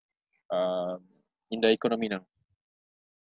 um in the economy now